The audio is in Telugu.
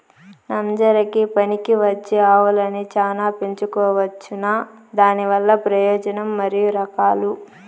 నంజరకి పనికివచ్చే ఆవులని చానా పెంచుకోవచ్చునా? దానివల్ల ప్రయోజనం మరియు రకాలు?